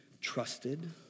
trusted